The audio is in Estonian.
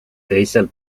teisel